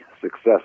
success